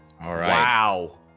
Wow